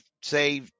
say